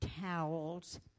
towels